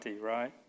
right